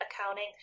accounting